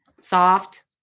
soft